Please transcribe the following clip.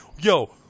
yo